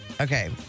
Okay